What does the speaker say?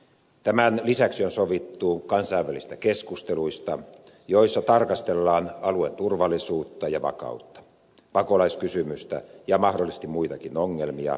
tämän lisäksi on sovittu kansainvälisistä keskusteluista joissa tarkastellaan alueen turvallisuutta ja vakautta pakolaiskysymystä ja mahdollisesti muitakin ongelmia